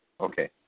Okay